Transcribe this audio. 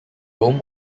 roan